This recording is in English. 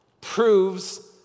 proves